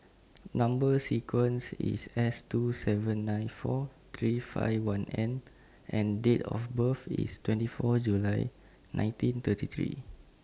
Number sequence IS S two seven nine four three five one N and Date of birth IS twenty four July nineteen thirty three